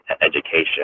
education